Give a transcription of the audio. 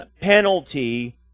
penalty